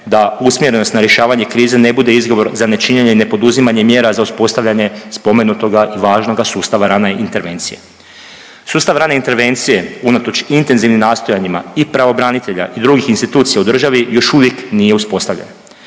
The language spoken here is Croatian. da usmjerenost na rješavanje krize ne bude izgovor za nečinjenje, nepoduzimanje mjera za uspostavljanje spomenutoga važnoga sustava rane intervencije. Sustav rane intervencije unatoč intenzivnim nastojanjima i pravobranitelja i drugih institucija u državi još uvijek nije uspostavljen.